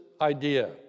idea